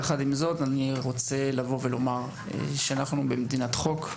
יחד עם זאת אני רוצה לומר שאנחנו במדינת חוק,